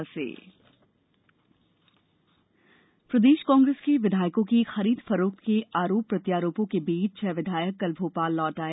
प्रदेश राजनीति प्रदेश कांग्रेस के विधायकों की खरीद फरोख्त के आरोप प्रत्यारोपों के बीच छह विधायक कल भोपाल लौट आए